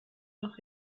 noch